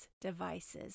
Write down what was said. devices